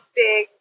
big